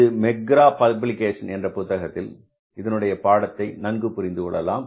இது McGraw Hill publication என்ற புத்தகத்தில் இதனுடைய பாடத்தை நன்கு புரிந்து கொள்ளலாம்